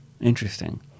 Interesting